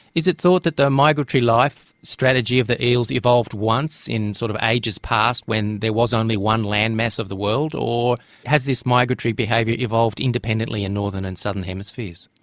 is it thought that the migratory life strategy of the eels evolved once in sort of ages past when there was only one land mass of the world, or has this migratory behaviour evolved independently in northern and southern hemispheres?